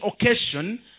occasion